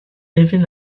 lever